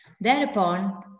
Thereupon